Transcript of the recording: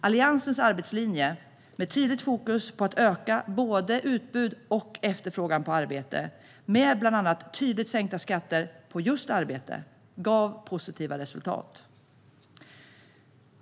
Alliansens arbetslinje med tydligt fokus på att öka både utbud av och efterfrågan på arbete med bland annat tydligt sänkta skatter just på arbete gav positiva resultat.